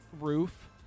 roof